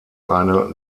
eine